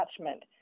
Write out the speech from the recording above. attachment